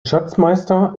schatzmeister